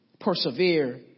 Persevere